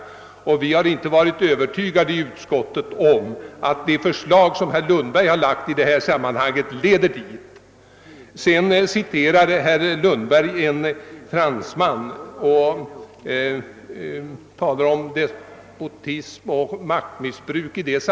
Inom utskottet har vi inte varit övertygade om att de förslag som herr Lundberg framlagt i detta sammanhang leder till målet. Herr Lundberg citerade en fransman och talade om despotism och maktmissbruk.